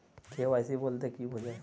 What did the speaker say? KYC বলতে কি বোঝায়?